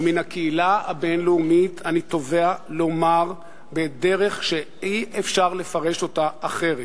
ומן הקהילה הבין-לאומית אני תובע לומר בדרך שאי-אפשר לפרש אותה אחרת,